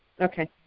Okay